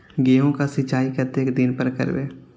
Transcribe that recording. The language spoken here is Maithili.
गेहूं का सीचाई कतेक दिन पर करबे?